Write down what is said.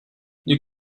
you